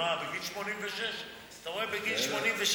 אתה רואה בגיל 86